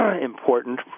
important